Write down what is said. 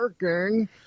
working